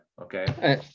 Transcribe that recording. okay